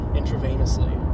intravenously